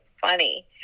funny